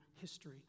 history